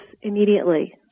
immediately